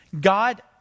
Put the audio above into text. God